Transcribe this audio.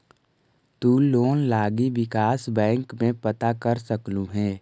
तु लोन लागी विकास बैंक में पता कर सकलहुं हे